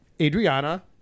Adriana